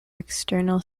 external